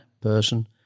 person